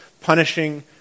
punishing